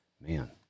Man